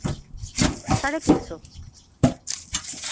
ᱥᱟᱲᱮ ᱛᱤᱱᱥᱚ